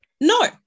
No